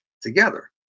together